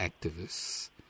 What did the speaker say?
activists